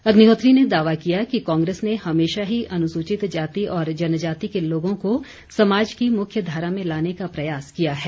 अग्निहोत्री ने दावा किया कांग्रेस ने हमेशा ही अनुसूचित जाति और जनजाति के लोगों को समाज की मुख्य धारा में लाने का प्रयास किया है